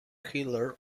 heller